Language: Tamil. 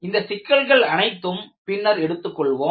இந்த சிக்கல்கள் அனைத்தும் பின்னர் எடுத்துக்கொள்வோம்